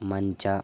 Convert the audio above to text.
ಮಂಚ